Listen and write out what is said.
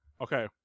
Okay